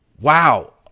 wow